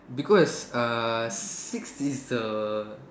because err six is the